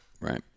right